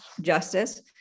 justice